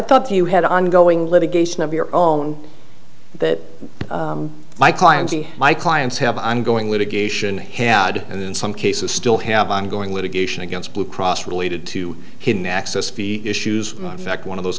thought you had ongoing litigation of your own that my client my clients have ongoing litigation had and in some cases still have ongoing litigation against blue cross related to hidden access fee issues in fact one of those